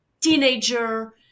teenager